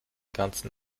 ganzen